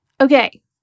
Okay